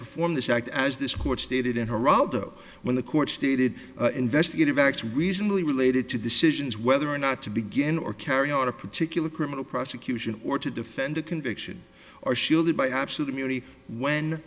this act as this court stated in geraldo when the court stated investigative acts reasonably related to decisions whether or not to begin or carry out a particular criminal prosecution or to defend a conviction or shielded by absolute immunity when